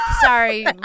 Sorry